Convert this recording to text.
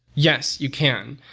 yes, you can.